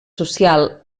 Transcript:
social